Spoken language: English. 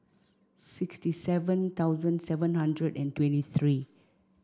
sixty seven thousand seven hundred and twenty three